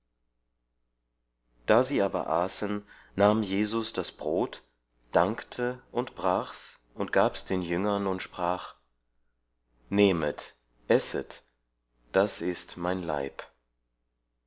da sie aber aßen nahm jesus das brot dankte und brach's und gab's den jüngern und sprach nehmet esset das ist mein leib